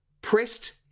pressed